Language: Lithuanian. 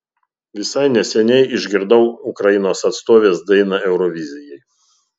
visai neseniai išgirdau ukrainos atstovės dainą eurovizijai